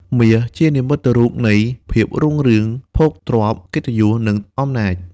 មាស ជានិមិត្តរូបនៃ ភាពរុងរឿង ភោគទ្រព្យ កិត្តិយស និងអំណាច។